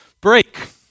break